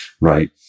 right